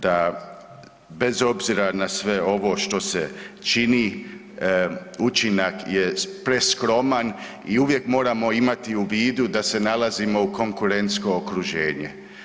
Da bez obzira na sve ovo što se čini, učinak je preskroman i uvijek moramo imati u vidu da se nalazimo u konkurentsko okruženje.